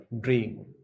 dream